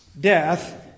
Death